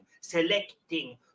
selecting